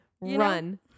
run